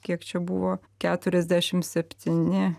kiek čia buvo keturiasdešim septyni